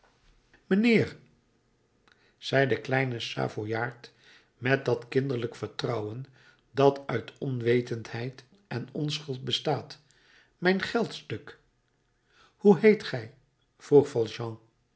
mijnheer zei de kleine savooiaard met dat kinderlijk vertrouwen dat uit onwetendheid en onschuld bestaat mijn geldstuk hoe heet gij vroeg